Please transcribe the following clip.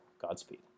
Godspeed